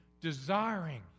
Desiring